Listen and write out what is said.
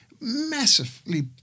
massively